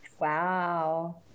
Wow